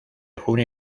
junio